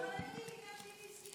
אבל אני רציתי קודם.